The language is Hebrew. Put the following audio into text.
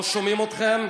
לא שומעים אתכם,